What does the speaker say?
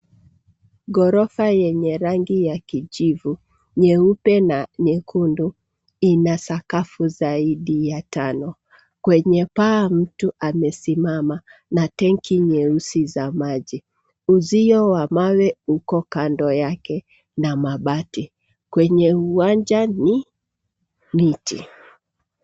Ghorofa yenye rangi ya kijivu, nyeupe, na nyekundu ina sakafu zaidi ya tano. Kwenye paa, mtu amesimama na tenki nyeusi za maji. Uzio wa mawe uko kando yake na mabati, kwenye uwanja kuna miti.